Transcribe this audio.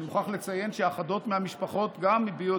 אני מוכרח לציין שאחדות מהמשפחות גם הביעו